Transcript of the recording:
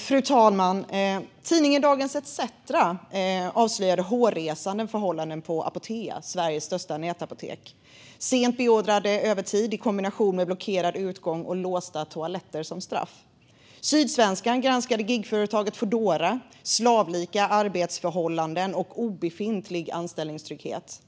Fru talman! Tidningen Dagens ETC har avslöjat hårresande förhållanden på Apotea, Sveriges största nätapotek. Det var fråga om sent beordrad övertid i kombination med blockerad utgång och låsta toaletter som straff. Sydsvenskan har granskat gigföretaget Foodora med slavliknande arbetsförhållanden och obefintlig anställningstrygghet.